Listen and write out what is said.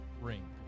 ring